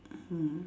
mm